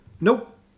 Nope